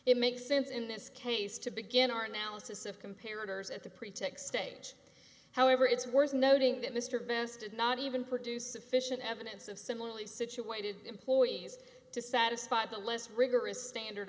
it makes sense in this case to begin our analysis of comparatives at the pretext stage however it's worth noting that mr best did not even produce sufficient evidence of similarly situated employees to satisfy the less rigorous standard